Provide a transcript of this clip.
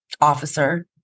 officer